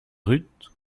rupts